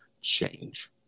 change